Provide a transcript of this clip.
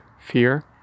fear